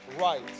right